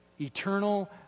Eternal